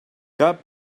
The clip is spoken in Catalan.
cap